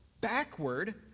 backward